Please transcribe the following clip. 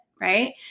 right